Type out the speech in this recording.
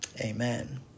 Amen